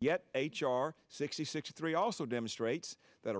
yet h r sixty six three also demonstrates that